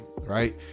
right